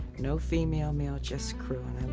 no female, male, just crew and and